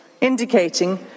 indicating